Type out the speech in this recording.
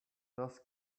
this